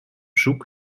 zoek